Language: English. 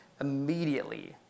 immediately